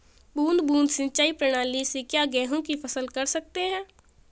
बूंद बूंद सिंचाई प्रणाली से क्या गेहूँ की फसल कर सकते हैं?